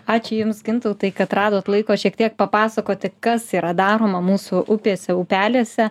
ačiū jums gintautai kad radot laiko šiek tiek papasakoti kas yra daroma mūsų upėse upeliuose